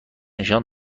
نشان